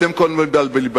אתם כל הזמן מתבלבלים.